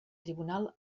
tribunal